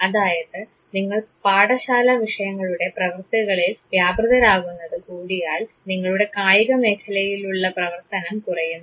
അതായത് നിങ്ങൾ പാഠശാലവിഷയങ്ങളുടെ പ്രവർത്തികളിൽ വ്യാപൃതരാകുന്നത് കൂടിയാൽ നിങ്ങളുടെ കായിക മേഖലയിലുള്ള പ്രവർത്തനം കുറയുന്നു